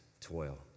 toil